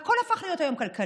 והכול הפך להיות היום כלכלי,